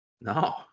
No